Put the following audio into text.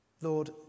Lord